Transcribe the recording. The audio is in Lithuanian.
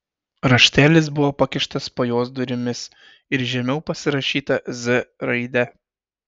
raštelis buvo pakištas po jos durimis ir žemiau pasirašyta z raide